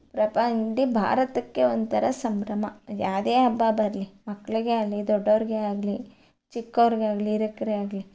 ಪ್ರಪ ಇಡೀ ಭಾರತಕ್ಕೆ ಒಂಥರ ಸಂಭ್ರಮ ಯಾವುದೇ ಹಬ್ಬ ಬರಲಿ ಮಕ್ಕಳಿಗೆ ಆಗಲಿ ದೊಡ್ಡವರಿಗೆ ಆಗಲಿ ಚಿಕ್ಕವ್ರಿಗೆ ಆಗಲಿ ಆಗಲಿ